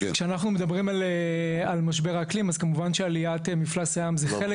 כשאנחנו מדברים על משבר האקלים אז כמובן שעליית מפלס הים זה חלק